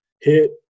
hit